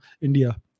India